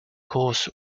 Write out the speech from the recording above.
course